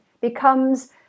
becomes